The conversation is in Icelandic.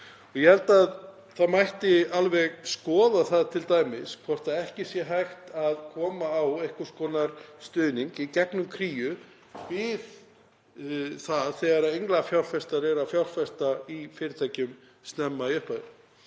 Ég held að það mætti alveg skoða það t.d. hvort ekki sé hægt að koma á einhvers konar stuðningi í gegnum Kríu við það þegar englafjárfestar eru að fjárfesta í fyrirtækjum snemma eða í upphafi.